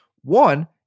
one